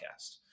podcast